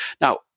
Now